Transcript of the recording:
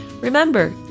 Remember